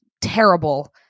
terrible